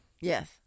Yes